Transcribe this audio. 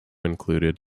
included